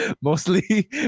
mostly